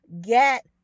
get